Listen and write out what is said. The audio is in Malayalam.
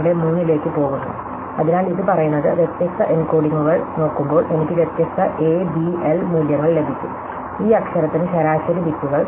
23 ലേക്ക് പോകുന്നു അതിനാൽ ഇത് പറയുന്നത് വ്യത്യസ്ത എൻകോഡിംഗുകൾ നോക്കുമ്പോൾ എനിക്ക് വ്യത്യസ്ത എ ബി എൽ മൂല്യങ്ങൾ ലഭിക്കും ഈ അക്ഷരത്തിന് ശരാശരി ബിറ്റുകൾ